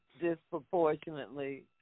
disproportionately